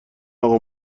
اقا